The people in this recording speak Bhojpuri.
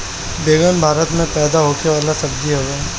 बैगन भारत में पैदा होखे वाला सब्जी हवे